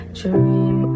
dream